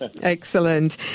Excellent